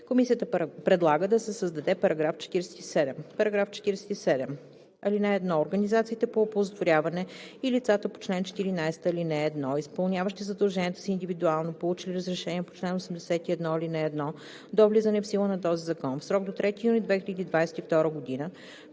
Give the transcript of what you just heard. Комисията предлага да се създаде § 47: „§ 47. (1) Организациите по оползотворяване и лицата по чл. 14, ал. 1, изпълняващи задълженията си индивидуално, получили разрешение по чл. 81, ал. 1 до влизане в сила на този закон, в срок до 3 юни 2022 г.